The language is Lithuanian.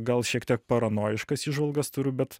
gal šiek tiek paranojiškas įžvalgas turiu bet